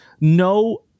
no